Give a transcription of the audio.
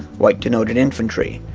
white denoted infantry.